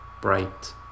bright